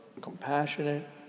compassionate